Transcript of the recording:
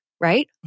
right